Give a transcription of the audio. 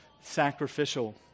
sacrificial